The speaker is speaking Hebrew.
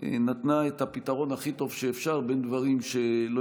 נתנה את הפתרון הכי טוב שאפשר בין דברים שלא